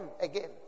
again